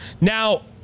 Now